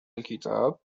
الكتاب